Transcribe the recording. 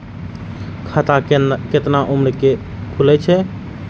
खाता केतना उम्र के खुले छै?